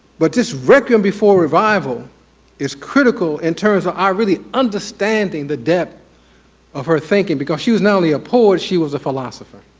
but this requiem before revival is critical in terms of our really understanding the depth of her thinking because she was not only a poet she was a philosopher.